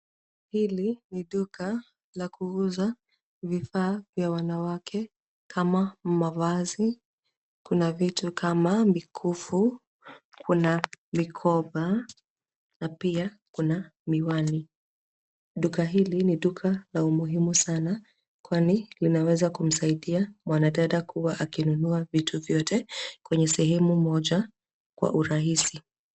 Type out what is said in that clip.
Hili ni duka la kuuza vifaa vya wanawake kama mavazi. Kuna vitu kama mikufu, kuna mikoba na pia kuna miwani. Duka hili ni duka la umuhimu sana kwani linaweza kumsaidia mwanadada kuwa akinunua vitu vyote kwenye sehemu moja kwa urahisi.